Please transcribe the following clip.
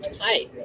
Hi